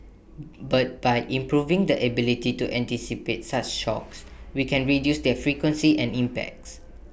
but by improving the ability to anticipate such shocks we can reduce their frequency and impacts